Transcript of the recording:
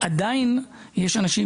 עדיין יש אנשים,